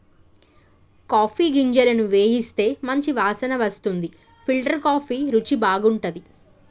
coffee గింజలను వేయిస్తే మంచి వాసన వస్తుంది ఫిల్టర్ కాఫీ రుచి బాగుంటది